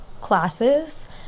classes